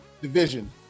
division